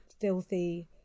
filthy